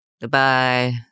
Goodbye